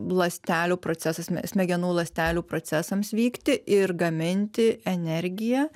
ląstelių procesas smegenų ląstelių procesams vykti ir gaminti energiją